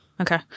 Okay